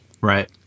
Right